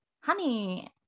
honey